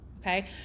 Okay